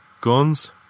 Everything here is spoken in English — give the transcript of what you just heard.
Guns